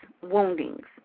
woundings